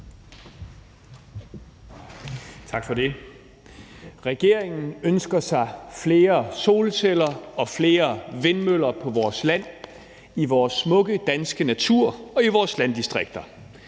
Tak for det. Regeringen ønsker sig flere solceller og flere vindmøller på vores land , i vores smukke danske natur og i vores landdistrikter.